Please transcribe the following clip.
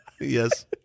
Yes